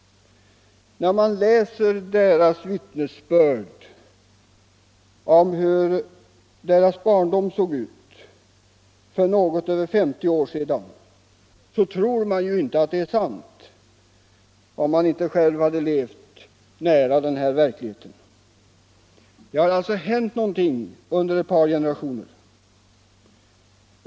När man läser deras vittnesbörd om hur dessa kvinnornas barndom såg ut för något över 50 år sedan tror man inte att det är sant, om man inte själv levt nära denna verklighet. Det har alltså hänt någonting under ett par generationer.